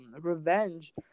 revenge